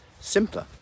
simpler